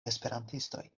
esperantistoj